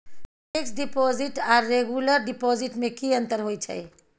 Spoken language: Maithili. फिक्स डिपॉजिट आर रेगुलर डिपॉजिट में की अंतर होय छै?